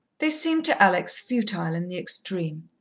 they seemed to alex futile in the extreme.